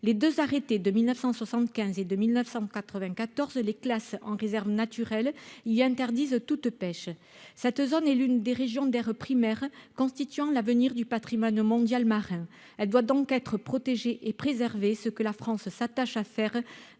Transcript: les deux arrêter de 1975 et de 1994 les classes en réserve naturelle, il y a, interdisent toute pêche, cette zone est l'une des régions d'air primaire constituant l'avenir du Patrimoine mondial, marin, elle doit donc être protégé et préservé, ce que la France s'attache à faire